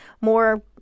more